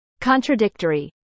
contradictory